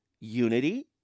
unity